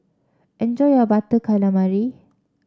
enjoy your Butter Calamari